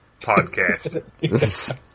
Podcast